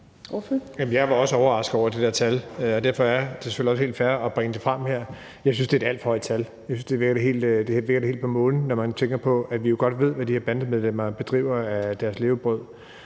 Jeg var også overrasket over det der tal. Derfor er det selvfølgelig også helt fair at bringe det frem her. Jeg synes, det er et alt for højt tal. Jeg synes, det virker helt på Månen, når man tænker på, at vi jo godt ved, hvad de her bandemedlemmer bedriver som deres levebrød.